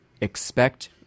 expect